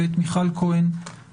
ואת מיכל כהן,